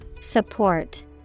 Support